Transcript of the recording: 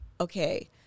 okay